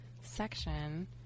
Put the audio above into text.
section